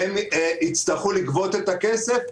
אשר תמלא את התפקידים שנקבעו לה לפי חוק זה.